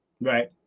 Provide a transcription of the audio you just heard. Right